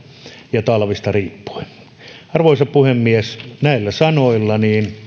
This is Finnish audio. ja talvista riippuen arvoisa puhemies näillä sanoilla